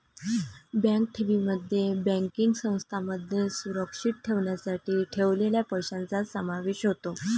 bank ठेवींमध्ये banking संस्थांमध्ये सुरक्षित ठेवण्यासाठी ठेवलेल्या पैशांचा समावेश होतो